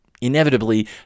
inevitably